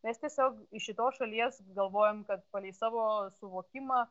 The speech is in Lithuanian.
mes tiesiog iš šitos šalies galvojom kad palei savo suvokimą